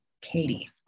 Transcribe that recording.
Katie